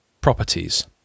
properties